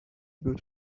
able